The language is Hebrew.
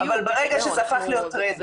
אבל ברגע זה הפך להיות טרנד --- בדיוק.